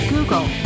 Google